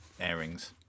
airings